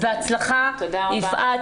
בהצלחה, יפעת